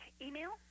Email